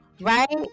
Right